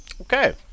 Okay